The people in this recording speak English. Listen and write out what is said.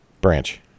Branch